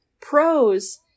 Pros